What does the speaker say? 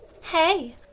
Hey